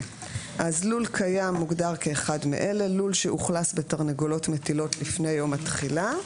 "לול קיים" אחד מאלה: לול שאוכלס בתרנגולות מטילות לפני יום התחילה.